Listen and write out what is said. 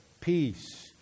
peace